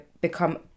become